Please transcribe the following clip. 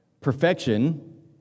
perfection